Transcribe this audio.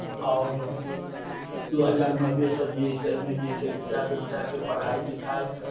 आओर दू हजार नब्बेसँ जे अइ से एहिमे जे अइ से विद्या व्यवसायके पढ़ाइ लिखाइ